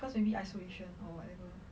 cause maybe isolation or whatever